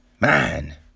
Man